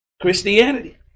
Christianity